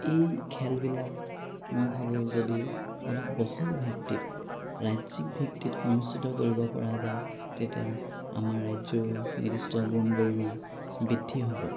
এই খেলবিলাক মই ভাবো যদি অলপ বহলভিত্তিক ৰাজ্যিক ভিত্তিত অনুষ্ঠিত কৰিব পৰা যায় তেতিয়া আমাৰ ৰাজ্যৰ নিদিষ্ট গুণ গৰিমা বৃদ্ধি হ'ব